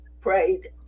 prayed